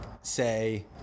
say